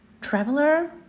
traveler